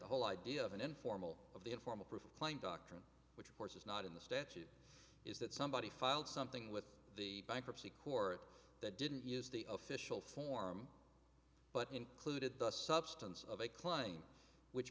the whole idea of an informal of the informal proof of claim doctrine which of course is not in the statute is that somebody filed something with the bankruptcy court that didn't use the official form but included the substance of a claim which